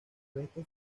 restos